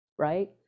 right